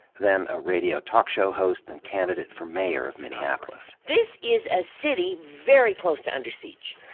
then a radio talk show host and candidate for mayor of minneapolis. this is a city very close to under siege.